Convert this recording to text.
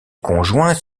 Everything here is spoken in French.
conjoint